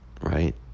right